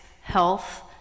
health